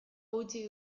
utzi